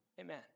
Amen